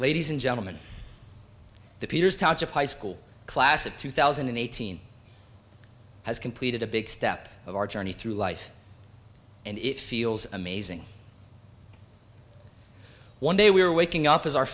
ladies and gentlemen the peters township high school class of two thousand and eighteen has completed a big step of our journey through life and it feels amazing one day we were waking up as our